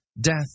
Death